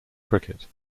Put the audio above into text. cricket